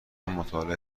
مطالعه